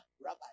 Rabbi